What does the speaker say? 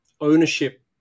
ownership